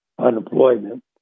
unemployment